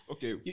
Okay